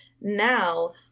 now